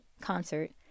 Concert